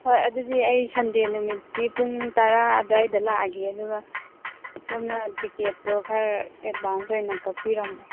ꯍꯣꯏ ꯑꯗꯨꯗꯤ ꯑꯩ ꯁꯟꯗꯦ ꯅꯨꯃꯤꯠꯀꯤ ꯄꯨꯡ ꯇꯔꯥ ꯑꯗ꯭ꯋꯥꯏꯗ ꯂꯥꯛꯑꯒꯦ ꯑꯗꯨꯒ ꯁꯣꯝꯅ ꯇꯤꯛꯀꯦꯠꯇꯣ ꯈꯔ ꯑꯦꯗꯚꯥꯟꯁ ꯑꯣꯏꯅ ꯀꯛꯄꯤꯔꯝꯃꯣ